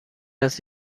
است